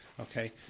Okay